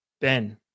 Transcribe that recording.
Ben